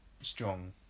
strong